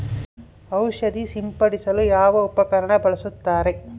ಔಷಧಿ ಸಿಂಪಡಿಸಲು ಯಾವ ಉಪಕರಣ ಬಳಸುತ್ತಾರೆ?